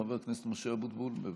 חבר הכנסת משה אבוטבול, בבקשה.